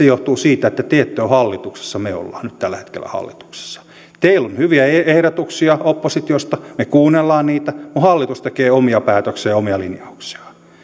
johtuu siitä että te ette ole hallituksessa me olemme nyt tällä hetkellä hallituksessa teillä on hyviä ehdotuksia oppositiosta me kuuntelemme niitä mutta hallitus tekee omia päätöksiään ja omia linjauksiaan